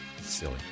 Silly